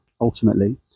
Ultimately